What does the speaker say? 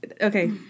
Okay